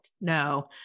No